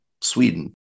Sweden